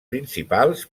principals